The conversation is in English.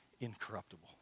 incorruptible